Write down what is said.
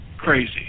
crazy